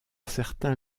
certains